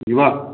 ଯିବା